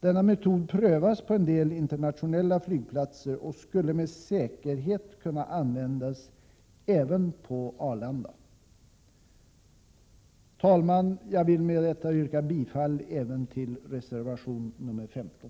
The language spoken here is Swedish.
Denna metod prövas på en del internationella flygplatser och skulle med säkerhet kunna användas även på Arlanda. Herr talman! Jag vill med detta yrka bifall även till reservation 15.